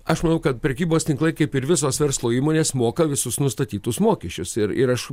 aš manau kad prekybos tinklai kaip ir visos verslo įmonės moka visus nustatytus mokesčius ir ir aš